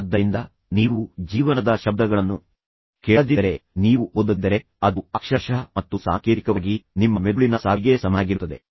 ಆದ್ದರಿಂದ ನೀವು ಜೀವನದ ಶಬ್ದಗಳನ್ನು ಕೇಳದಿದ್ದರೆ ನೀವು ಓದದಿದ್ದರೆ ಅದು ಅಕ್ಷರಶಃ ಮತ್ತು ಸಾಂಕೇತಿಕವಾಗಿ ನಿಮ್ಮ ಮೆದುಳಿನ ಸಾವಿಗೆ ಸಮನಾಗಿರುತ್ತದೆ